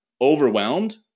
overwhelmed